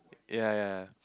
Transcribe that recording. ya ya